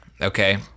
okay